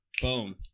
boom